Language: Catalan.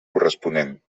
corresponent